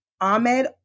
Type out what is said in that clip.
Ahmed